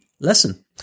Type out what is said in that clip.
lesson